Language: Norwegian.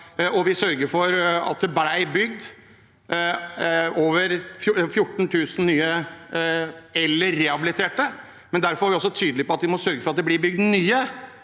Vi sørget for at det ble bygd over 14 000 nye. Derfor var vi også tydelige på at vi må sørge for at det blir bygd nye